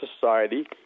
society